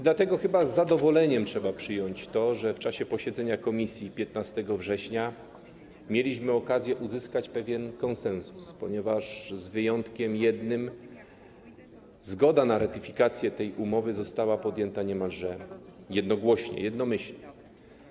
Dlatego chyba z zadowoleniem trzeba przyjąć to, że w czasie posiedzenia komisji 15 września mieliśmy okazję osiągnąć pewien konsensus, ponieważ - z jednym wyjątkiem - zgoda na ratyfikację tej umowy została podjęta niemalże jednogłośnie, jednomyślnie.